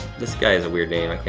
this guy has a weird name, like i